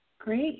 great